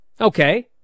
Okay